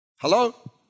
Hello